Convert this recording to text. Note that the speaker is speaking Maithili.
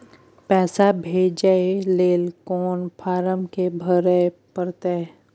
पैसा भेजय लेल कोन फारम के भरय परतै?